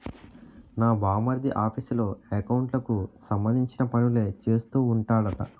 నా బావమరిది ఆఫీసులో ఎకౌంట్లకు సంబంధించిన పనులే చేస్తూ ఉంటాడట